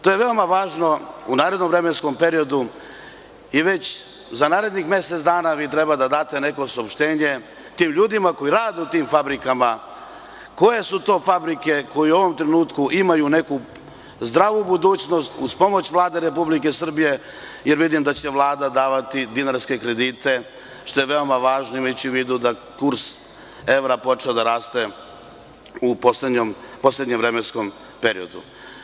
To je veoma važno u narednom vremenskom periodu i već za narednih mesec dana treba da date neko saopštenje tim ljudima koji rade u tim fabrikama, koje su to fabrike koje u ovom trenutku imaju neku zdravu budućnost i da uz pomoć Vlade Republike Srbije, jer vidim da će Vlada davati dinarske kredite, što je veoma važno imajući u vidu da je kurs evra počeo da raste u poslednjem vremenskom periodu.